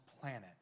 planet